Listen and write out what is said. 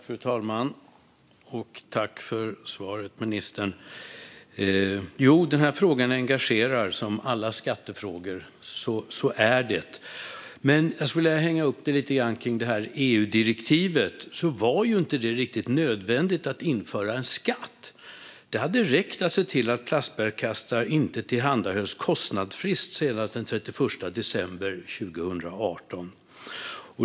Fru talman! Tack för svaret, ministern! Ja, den här frågan engagerar, som alla skattefrågor - så är det. Jag skulle dock vilja hänga upp detta lite grann på EU-direktivet. Det var ju inte riktigt nödvändigt att införa en skatt, utan det hade räckt att se till att plastbärkassar inte tillhandahölls kostnadsfritt senast den 31 december 2018.